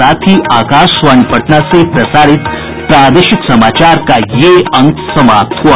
इसके साथ ही आकाशवाणी पटना से प्रसारित प्रादेशिक समाचार का ये अंक समाप्त हुआ